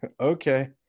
Okay